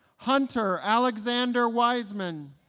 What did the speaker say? hunter alexander wiseman